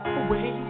away